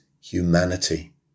humanity